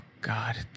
God